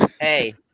Hey